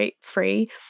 free